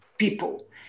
people